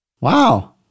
Wow